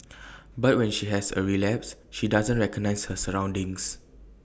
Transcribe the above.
but when she has A relapse she doesn't recognise her surroundings